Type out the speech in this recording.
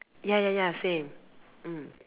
ya ya ya same mm